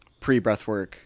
pre-Breathwork